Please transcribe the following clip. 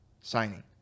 signing